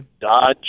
Dodge